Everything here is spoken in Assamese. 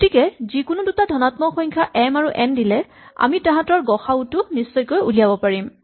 গতিকে যিকোনো দুটা ধনাত্মক সংখ্যা এম আৰু এন দিলে আমি তাহাঁতৰ গ সা উ টো নিশ্চয়কৈ উলিয়াব পাৰিম